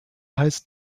heißt